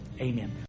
Amen